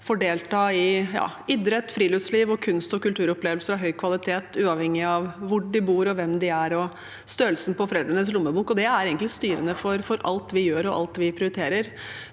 får delta i idrett, friluftsliv og kunst- og kulturopplevelser av høy kvalitet uavhengig av hvor de bor, hvem de er og størrelsen på foreldrenes lommebok. Det er egentlig styrende for alt vi gjør, og alt vi prioriterer.